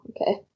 okay